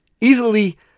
easily